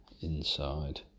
inside